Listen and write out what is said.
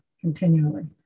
continually